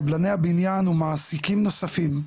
קבלני הבניין ומעסיקים נוספים,